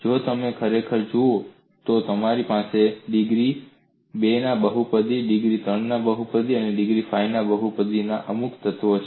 જો તમે ખરેખર જુઓ છો તો તમારી પાસે ડિગ્રી 2 ના બહુપદી ડિગ્રી 3 ના બહુપદી અને ડિગ્રી 5 ના બહુપદીના અમુક તત્વો છે